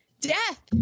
death